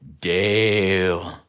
Dale